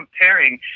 comparing